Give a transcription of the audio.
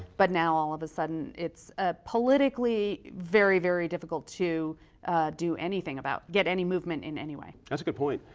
but now all of a sudden it's ah politically very, very difficult to do anything, get any movement in any way. that's a good point.